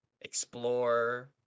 explore